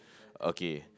okay